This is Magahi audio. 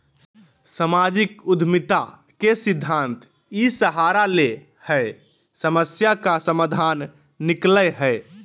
सामाजिक उद्यमिता के सिद्धान्त इ सहारा ले हइ समस्या का समाधान निकलैय हइ